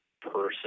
Person